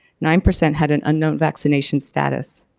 nine percent had an unknown vaccination status.